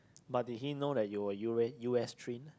but did he know that you were you were in U stream